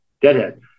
deadhead